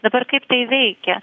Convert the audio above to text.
dabar kaip tai veikia